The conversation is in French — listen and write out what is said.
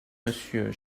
monsieur